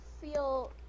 feel